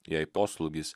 jei atoslūgis